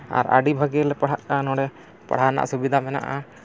ᱟᱨ ᱟᱹᱰᱤ ᱵᱷᱟᱹᱜᱮᱞᱮ ᱯᱟᱲᱦᱟᱜ ᱠᱟᱱᱟ ᱱᱚᱰᱮ ᱯᱟᱲᱦᱟᱣ ᱨᱮᱱᱟᱜ ᱥᱩᱵᱤᱫᱷᱟ ᱢᱮᱱᱟᱜᱼᱟ